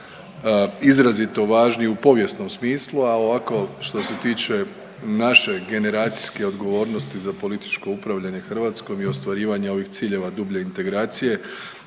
izrazito važni u povijesnom smislu, a ovako što se tiče naše generacijske odgovornosti za političko upravljanje Hrvatskom i ostvarivanja ovih ciljeva dublje integracije